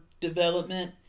development